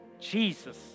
Jesus